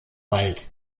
wald